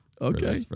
Okay